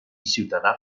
ciutadà